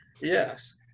yes